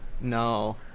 No